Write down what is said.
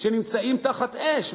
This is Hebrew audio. שנמצאים תחת אש,